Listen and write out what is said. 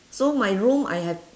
so my room I have